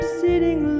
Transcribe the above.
sitting